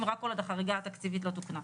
רק כל עוד החריגה התקציבית לא תוקנה.